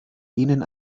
ihnen